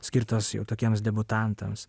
skirtos jau tokiems debiutantams